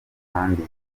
kandi